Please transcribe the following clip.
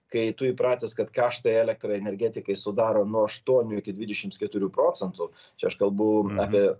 kai tu įpratęs kad kaštai elektrai energetikai sudaro nuo aštuonių iki dvidešimts keturių procentų čia aš kalbu apie